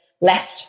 left